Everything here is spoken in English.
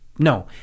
No